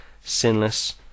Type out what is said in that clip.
sinless